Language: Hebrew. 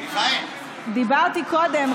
דיברתי קודם,